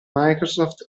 microsoft